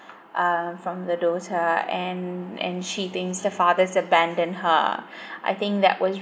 uh from the daughter and and she thinks the father's abandoned her I think that was